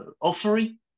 offering